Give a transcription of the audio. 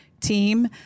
team